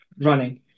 running